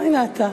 הנה אתה.